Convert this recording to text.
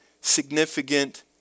significant